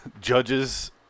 judge's